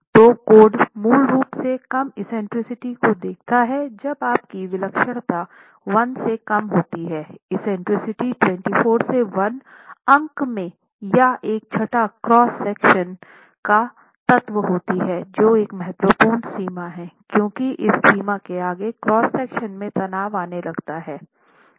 तो कोड मूल रूप से कम एक्सेंट्रिसिटी को देखता है जब आपकी विलक्षणता 1 से कम होती है एक्सेंट्रिसिटी 24 से 1 अंक में या एक छठा क्रॉस सेक्शन का तत्व होती है जो एक महत्वपूर्ण सीमा है क्योंकि इस संख्या के आगे क्रॉस सेक्शन में तनाव आने लगता हैं